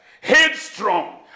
headstrong